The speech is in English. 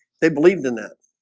they believed in that